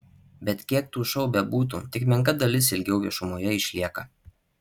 bet kiek tų šou bebūtų tik menka dalis ilgiau viešumoje išlieka